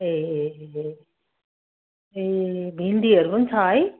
ए ए भिन्डीहरू पनि छ है